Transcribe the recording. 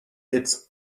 its